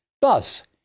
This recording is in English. Thus